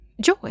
joy